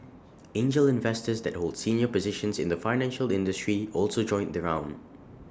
angel investors that hold senior positions in the financial industry also joined the round